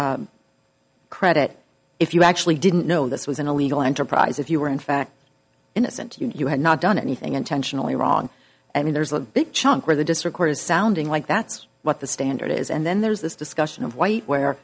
reduction credit if you actually didn't know this was an illegal enterprise if you were in fact innocent you had not done anything intentionally wrong i mean there's a big chunk where the disregard is sounding like that's what the standard is and then there's this discussion of white where